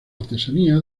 artesanía